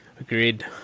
agreed